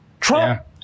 Trump